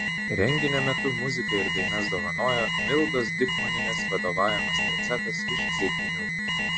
renginio metu muziką ir dainas dovanojo mildos dikmonienės vadovaujamas tercetas iš ceikinių